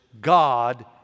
God